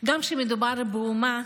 גם כשמדובר באומה